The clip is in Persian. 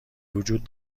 وجود